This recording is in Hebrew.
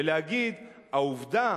ולהגיד, העובדה